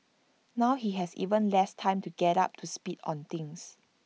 now he has even less time to get up to speed on things